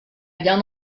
bien